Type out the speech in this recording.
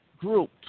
Group